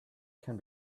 can